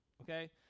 Okay